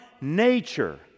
nature